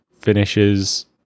finishes